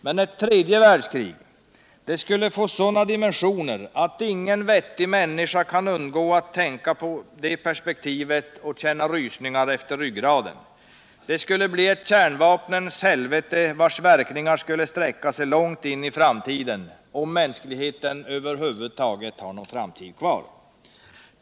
Men ett tredje världskrig skulle få sådana dimensioner, att ingen vettig människa kan undgå att tänka på det perspektivet och känna rysningar efter ryggraden. Det skulle bli ett kärnvapnens helvete, vars verkningar skulle sträcka sig långt in i framtiden - om mänskligheten över huvud taget har någon framtid kvar.